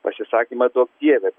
pasisakymą duok dieve